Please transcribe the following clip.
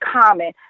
common